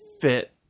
fit